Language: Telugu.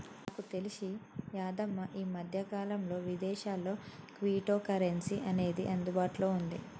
నాకు తెలిసి యాదమ్మ ఈ మధ్యకాలంలో విదేశాల్లో క్విటో కరెన్సీ అనేది అందుబాటులో ఉంది